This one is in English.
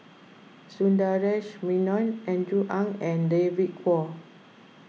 Sundaresh Menon Andrew Ang and David Kwo